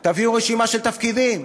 תביאו רשימה של תפקידים.